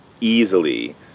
easily